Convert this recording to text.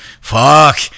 fuck